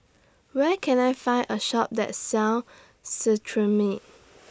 Where Can I Find A Shop that sells Cetrimide